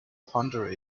ponder